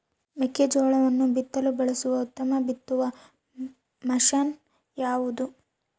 ಮೆಕ್ಕೆಜೋಳವನ್ನು ಬಿತ್ತಲು ಬಳಸುವ ಉತ್ತಮ ಬಿತ್ತುವ ಮಷೇನ್ ಯಾವುದು?